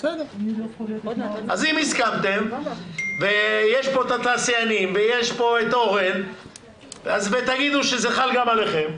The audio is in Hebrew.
אם הסכמתם ויש פה את התעשיינים ואת אורן ותגידו שזה חל גם עליכם,